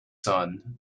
son